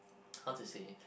how to say